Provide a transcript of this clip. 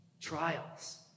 Trials